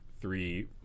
three